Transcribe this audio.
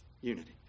unity